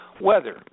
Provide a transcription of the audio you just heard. weather